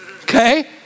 okay